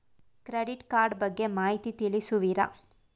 Credit card ಬಗ್ಗೆ ಮಾಹಿತಿ ತಿಳಿಸುವಿರಾ?